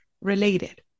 related